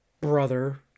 brother